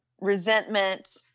resentment